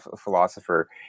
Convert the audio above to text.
philosopher